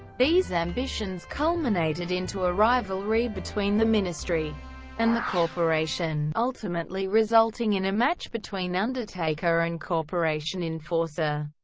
these ambitions culminated into a rivalry between the ministry and the corporation, ultimately resulting in a match between undertaker and corporation enforcer,